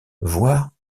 voire